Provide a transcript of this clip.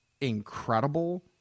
incredible